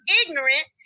ignorant